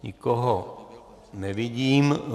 Nikoho nevidím.